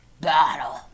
Battle